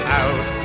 out